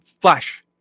Flash